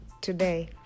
Today